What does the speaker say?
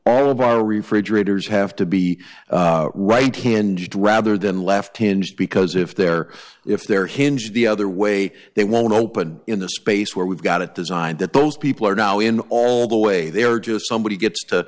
all of our refrigerators have to be right handed rather than left hinge because if they're if they're hinged the other way they won't open in the space where we've got a design that those people are now in all the way they are just somebody gets to